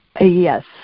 Yes